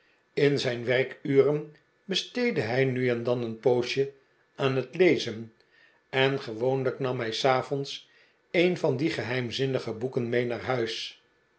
in zijn werkuren besteedde hij nu en dan een poosje aan het lezen en gewoonlijk nam hij s avonds een van die geheimzinnige boeken mee naar huis